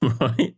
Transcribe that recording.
Right